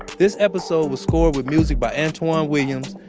this episode was scored with music by antwan williams,